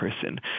person